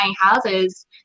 houses